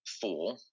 four